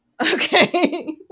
okay